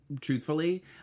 truthfully